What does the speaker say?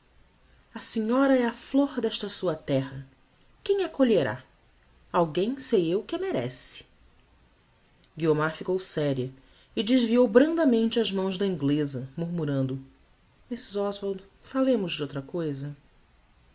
a senhora é a flor desta sua terra quem a colherá alguem sei eu que a merece guiomar ficou séria e desviou brandamente as mãos da ingleza murmurando mrs oswald falemos de outra cousa